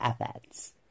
efforts